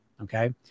Okay